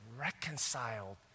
reconciled